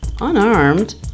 unarmed